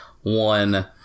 one